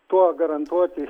tuo garantuoti